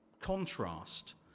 contrast